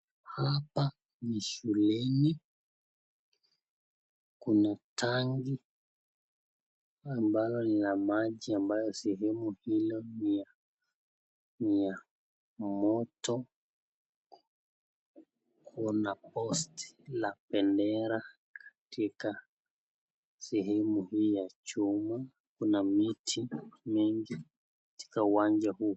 Hapa ni shuleni, kuna tangi ambayo kuna ambao sehemu hilo ni ya moto, kuna posti la bendera katika sehemu hii ya chuma kuna miti mengi katika kiwanja huu.